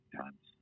times